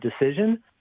decision